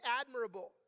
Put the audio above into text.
admirable